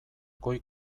goi